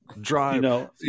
Drive